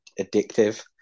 addictive